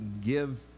give